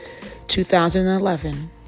2011